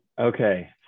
Okay